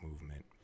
movement